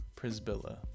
Prisbilla